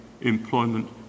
employment